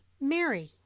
Mary